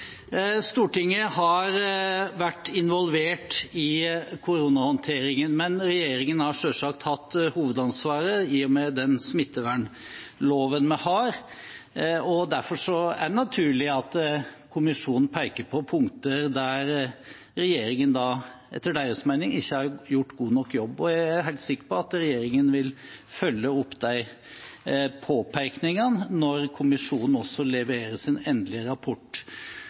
Stortinget har vært involvert i koronahåndteringen, men regjeringen har selvsagt hatt hovedansvaret i og med den smittevernloven vi har. Derfor er det naturlig at kommisjonen peker på punkter der regjeringen etter deres mening ikke har gjort en god nok jobb. Og jeg er helt sikker på at regjeringen vil følge opp påpekningene når kommisjonen også leverer sin endelige rapport.